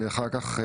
אחר כך,